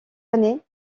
années